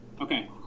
Okay